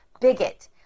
bigot